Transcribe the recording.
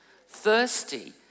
Thirsty